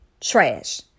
trash